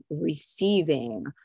receiving